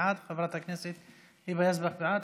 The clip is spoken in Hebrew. בעד,